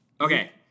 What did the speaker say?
okay